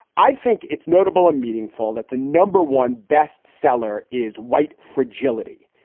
i think it's notable and meaningful that the number one best seller is white fragility.